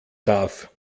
darf